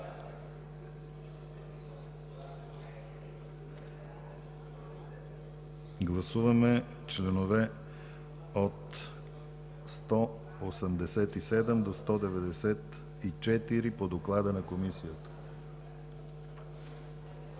се 3. Членове от 187 до 194 по доклада на Комисията